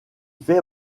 fait